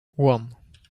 one